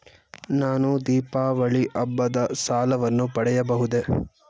ನಾನು ದೀಪಾವಳಿ ಹಬ್ಬದ ಸಾಲವನ್ನು ಪಡೆಯಬಹುದೇ?